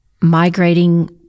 migrating